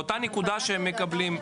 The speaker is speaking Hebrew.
באותה נקודה שהם מקבלים,